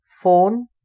phone